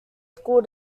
school